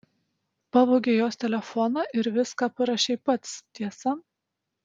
pavogei jos telefoną ir viską parašei pats tiesa